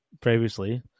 previously